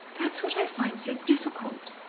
that's what i find so difficult!